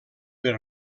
per